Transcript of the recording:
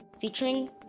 Featuring